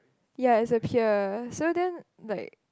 ya it's a peer so then like